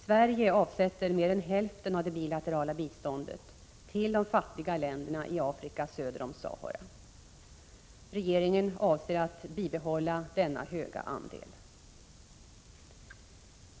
Sverige avsätter mer än hälften av det bilaterala biståndet till de fattiga länderna i Afrika söder om Sahara. Regeringen avser att bibehandla denna stora andel.